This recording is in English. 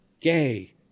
Gay